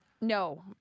no